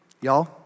Y'all